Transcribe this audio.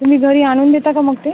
तुम्ही घरी आनून देता का मग ते